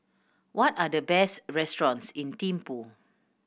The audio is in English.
what are the best restaurants in Thimphu